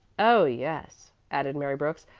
oh, yes, added mary brooks,